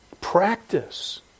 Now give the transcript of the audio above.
Practice